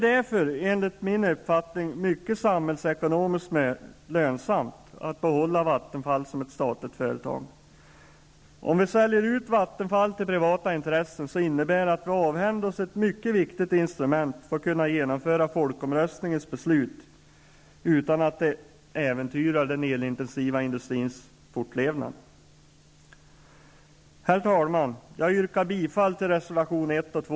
Därför är det samhällsekonomiskt mycket lönsamt att behålla Vattenfall som ett statligt företag. Att sälja ut Vattenfall till privata intressen innebär att vi avhänder oss ett mycket viktigt instrument när det gäller att genomföra folkomröstningens beslut, utan att äventyra den elintensiva industrins fortlevnad. Herr talman! Jag yrkar bifall till reservation 1 och 2